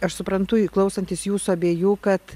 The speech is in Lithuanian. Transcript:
aš suprantu klausantis jūsų abiejų kad